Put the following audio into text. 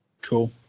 Cool